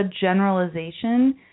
generalization